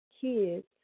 kids